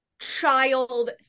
child